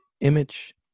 image